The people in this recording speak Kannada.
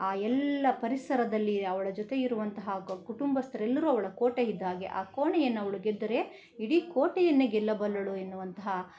ಆ ಎಲ್ಲ ಪರಿಸರದಲ್ಲಿ ಅವಳ ಜೊತೆ ಇರುವಂತಹ ಕುಟುಂಬಸ್ಥರೆಲ್ಲರು ಅವಳ ಕೋಟೆ ಇದ್ದ ಹಾಗೆ ಆ ಕೋಣೆಯನ್ನು ಅವಳು ಗೆದ್ದರೆ ಇಡೀ ಕೋಟೆಯನ್ನೇ ಗೆಲ್ಲಬಲ್ಲಳು ಎನ್ನುವಂತಹ